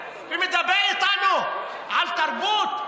ומדבר איתנו על תרבות?